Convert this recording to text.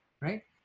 right